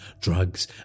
drugs